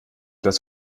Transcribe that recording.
das